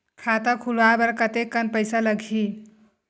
खाता खुलवाय बर कतेकन पईसा लगही?